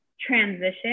transition